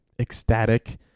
ecstatic